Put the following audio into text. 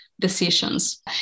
decisions